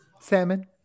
Salmon